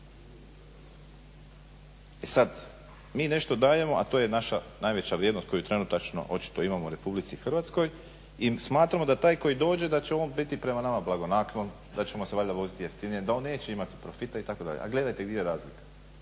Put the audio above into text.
E sad mi nešto dajemo, a to je naša najveća vrijednost koju trenutačno očito imamo u RH i smatramo da taj koji dođe da će on biti prema nama blagonaklon, da ćemo se valjda voziti jeftinije, da on neće imati profita itd. A gledajte di je razlika.